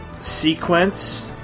sequence